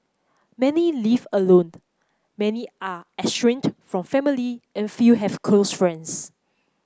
many live alone many are estranged from family and few have close friends